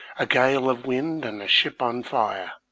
a gale of wind and a ship on fire!